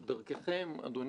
של עובדי הכנסת,